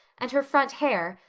and her front hair,